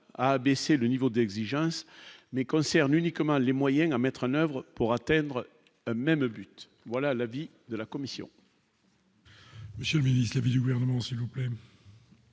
à abaisser le niveau d'exigence mais concerne uniquement les moyens à mettre en oeuvre pour atteindre même but, voilà l'avis de la commission.